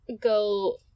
go